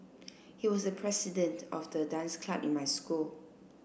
he was the president of the dance club in my school